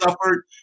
suffered